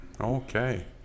Okay